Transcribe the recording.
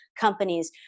companies